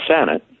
senate